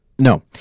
No